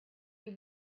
you